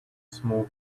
small